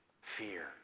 Fear